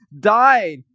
died